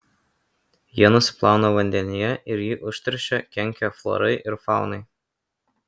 jie nusiplauna vandenyje ir jį užteršia kenkia florai ir faunai